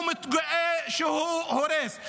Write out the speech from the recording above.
הוא מתגאה שהוא הורס.